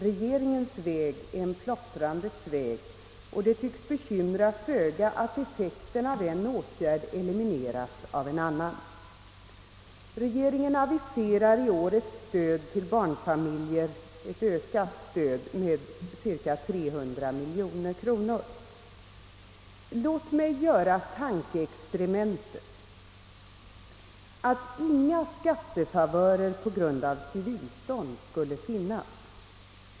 Regeringens väg är en plottrandets väg och det tycks bekymra föga att effekten av en åtgärd elimineras av en annan. Regeringen aviserar i år en ökning av stödet till barnfamiljerna med cirka 300 miljoner kronor. Låt mig göra tankeexperimentet att inga skattefavörer på grund av civilstånd finns.